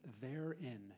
therein